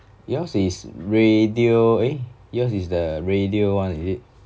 yours is radio eh yours is the radio one is it